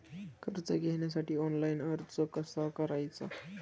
कर्ज घेण्यासाठी ऑनलाइन अर्ज कसा करायचा?